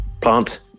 plant